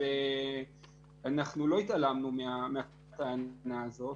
ואנחנו לא התעלמנו מהטענה הזאת,